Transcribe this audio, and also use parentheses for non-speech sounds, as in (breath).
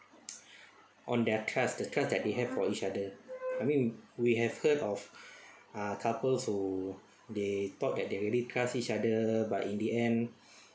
on their trust the trust that they have for each other I mean we we have heard of ah couples who they thought that they really trust each other but in the end (breath)